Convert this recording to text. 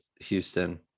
Houston